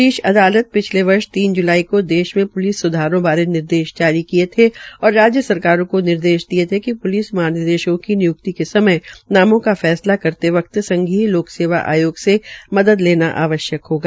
शीर्ष अदालत ने पिछले वर्ष तीन ज्लाई को देश में प्लिस स्धारों बारे निर्देश जारी किये थे और राज्य सरकारों को निर्देश दिये थे कि प्लिस महानिदेशकों की निय्क्ति केसमय नामों का सला करते वक्त संघीय लोकसेवा आयोग से मदद लेना आवश्यक होगा